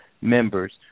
members